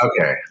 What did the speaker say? Okay